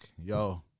yo